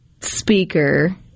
speaker